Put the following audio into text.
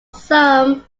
some